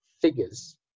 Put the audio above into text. figures